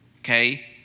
okay